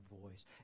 voice